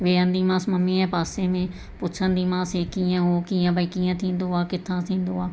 वेहंदीमांसि मम्मीअ जे पासे में पुछंदीमांसि इहे कीअं उहो कीअं भई कीअं थींदो आहे किथां थींदो आहे